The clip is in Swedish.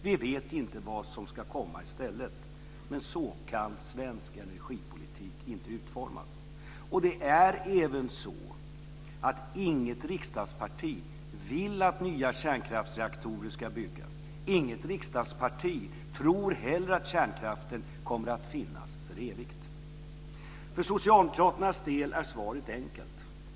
Vi vet inte vad som ska komma i stället. Så kan svensk energipolitik inte utformas. Det är även så att inget riksdagsparti vill att nya kärnkraftsreaktorer ska byggas. Inget riksdagsparti tror heller att kärnkraften kommer att finnas för evigt. För socialdemokraternas del är svaret enkelt.